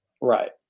Right